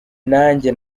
nanjye